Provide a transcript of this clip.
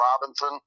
Robinson